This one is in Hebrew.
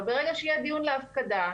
ברגע שיהיה דיון להפקדה,